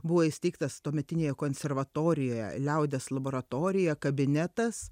buvo įsteigtas tuometinėje konservatorijoje liaudies laboratorija kabinetas